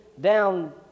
down